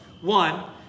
One